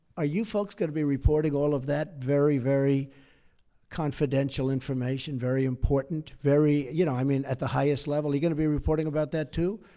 are you folks going to be reporting all of that very, very confidential information very important, very you know i mean, at the highest level, are you going to be reporting about that too?